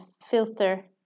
filter